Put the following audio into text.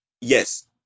yes